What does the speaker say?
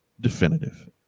Definitive